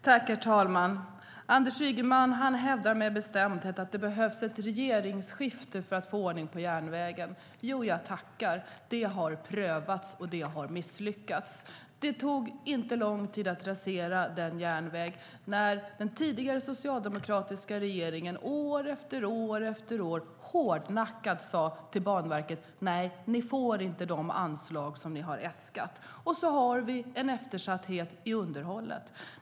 Herr talman! Anders Ygeman hävdar med bestämdhet att det behövs ett regeringsskifte för att få ordning på järnvägen. Jo, jag tackar! Det har prövats, och det har misslyckats. Det tog inte lång tid att rasera järnvägen när den tidigare socialdemokratiska regeringen år efter år hårdnackat sade till Banverket: Nej, ni får inte de anslag som ni har äskat. Så har vi en eftersatthet i underhållet.